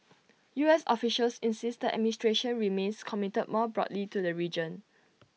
U S officials insist the administration remains committed more broadly to the region